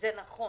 וזה נכון,